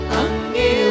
angi